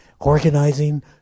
organizing